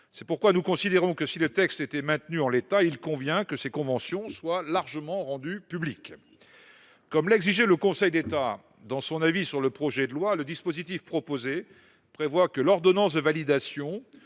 C'est pourquoi nous considérons que, si le texte devait être maintenu en l'état, il conviendrait que ces conventions soient largement rendues publiques. Comme l'exigeait le Conseil d'État dans son avis sur le projet de loi, le dispositif proposé prévoit déjà que l'ordonnance de validation,